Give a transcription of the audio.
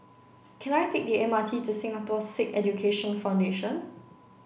can I take the M R T to Singapore Sikh Education Foundation